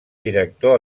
director